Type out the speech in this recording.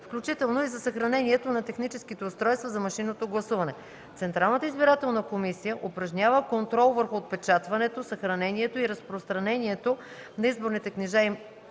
включително и за съхранението на техническите устройства за машинното гласуване. Централната избирателна комисия упражнява контрол върху отпечатването, съхранението и разпространението на изборните книжа и